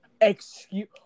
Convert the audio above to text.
Excuse